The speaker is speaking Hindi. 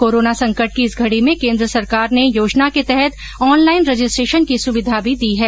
कोराना संकट की इस घड़ी में केन्द्र सरकार ने योजना के तहत ऑन लाईन रजिस्ट्रेशन की सुविधा भी दी है